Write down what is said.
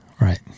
Right